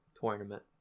tournament